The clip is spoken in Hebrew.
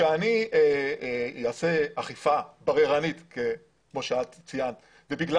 שאני אעשה אכיפה בררנית כמו שאת ציינת ובגלל